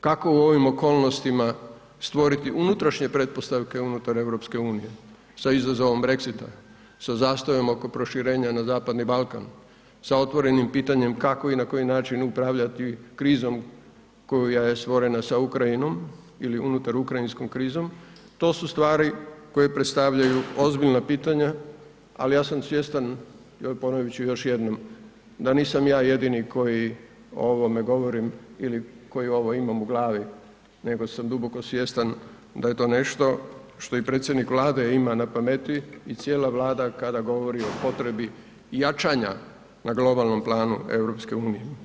Kako u ovim okolnostima stvoriti unutrašnje pretpostavke unutar EU sa izazovom Brexita, sa zastojom oko proširenja na zapadni Balkan, sa otvorenim pitanjem kako i na koji način upravljati krizom koja je stvorena sa Ukrajinom ili unutar Ukrajinskom krizom, to su stvari koje predstavljaju ozbiljna pitanja, ali ja sam svjestan i ponovit ću još jednom da nisam ja jedini koji o ovome govorim ili koji ovo imam u glavi, nego sam duboko svjestan da je to nešto što i predsjednik Vlade ima na pameti i cijela Vlada kada govori o potrebi jačanja na globalnom planu EU.